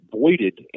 voided